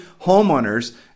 homeowners